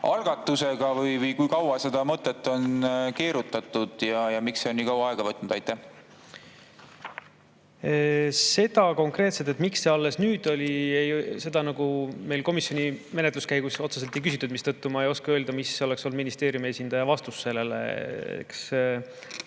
algatusega? Kui kaua seda mõtet on keerutatud ja miks see on nii kaua aega võtnud? Seda konkreetselt, miks seda [eelnõu] alles nüüd [koostatakse], meil komisjoni menetluse käigus otseselt ei küsitud, mistõttu ma ei oska öelda, mis oleks olnud ministeeriumi esindaja vastus sellele.